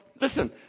listen